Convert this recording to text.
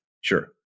sure